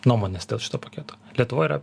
nuomones dėl šito paketo lietuvoje yra